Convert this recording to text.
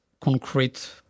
concrete